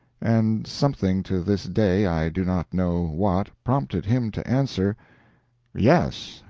and something to this day i do not know what prompted him to answer yes,